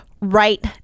right